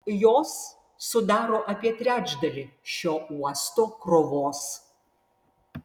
jos sudaro apie trečdalį šio uosto krovos